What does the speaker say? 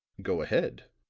go ahead,